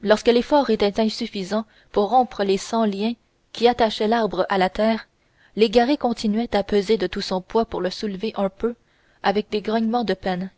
lorsque l'effort était insuffisant pour rompre les cent liens qui attachaient l'arbre à la terre légaré continuait à peser de tout son poids pour le soulever un peu avec des grognements de peine